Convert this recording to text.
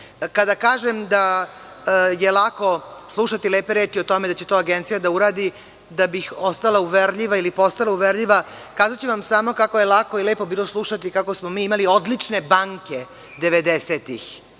dođe. Kada kažem da je lako slušati lepe reči o tome da će to agencija da uradi, da bih ostala uverljiva ili postala uverljiva, kazaću vam samo kako je lako i lepo bilo slušati kako smo mi imali odlične banke 90-ih.